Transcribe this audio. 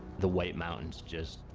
the white mountains just.